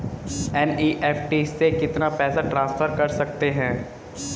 NEFT से कितना पैसा ट्रांसफर कर सकते हैं?